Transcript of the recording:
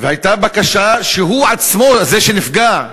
והייתה בקשה שהוא עצמו, זה שנפגע,